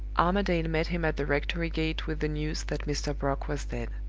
armadale met him at the rectory gate with the news that mr. brock was dead.